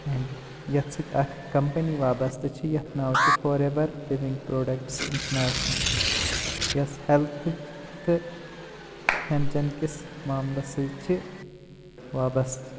and یتھ سۭتۍ اکھ کمپنی وابسطہٕ چھِ یتھ ناو چھُ for ever living products international یۄس ہلتھٕچ تہٕ کھٮ۪ن چین کِس معاملس سۭتۍ چھِ وابسطہٕ